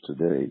today